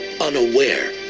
unaware